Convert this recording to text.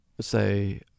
say